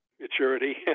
maturity